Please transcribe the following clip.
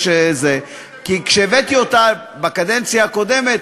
כי כשהבאתי אותה בקדנציה הקודמת,